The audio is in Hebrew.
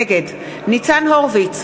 נגד ניצן הורוביץ,